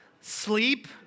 Sleep